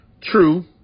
true